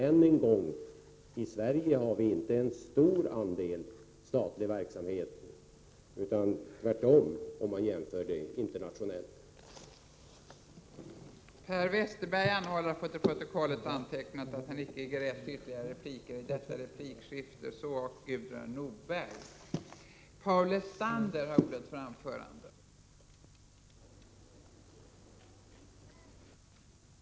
Än en gång: I Sverige har vi inte en stor andel statlig verksamhet utan tvärtom, om man gör en internationell jämförelse.